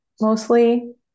mostly